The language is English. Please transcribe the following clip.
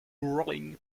rolling